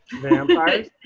Vampires